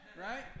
Right